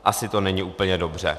Asi to není úplně dobře.